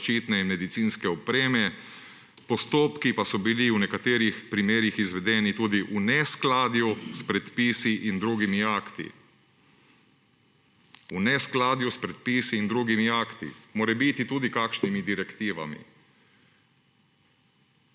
zaščitne in medicinske opreme, postopki pa so bili v nekaterih primerih izvedeni tudi v neskladju s predpisi in drugimi akti.« V neskladju s predpisi in drugimi akti, morebiti tudi kakšnimi direktivami.